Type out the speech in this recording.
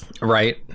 Right